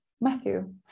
Matthew